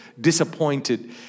disappointed